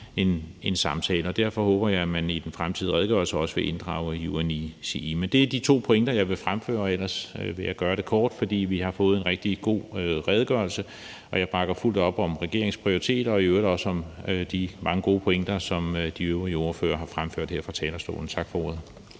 en samtale, og derfor håber jeg også, at man i den fremtidige redegørelse vil inddrage UNECE. Men det er de to pointer, jeg vil fremføre, og ellers vil jeg gøre det kort. For vi har fået en rigtig god redegørelse, og jeg bakker fuldt ud op om regeringens prioriteter og i øvrigt også om de mange gode pointer, som de øvrige ordførere har fremført her fra talerstolen. Tak for ordet.